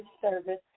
service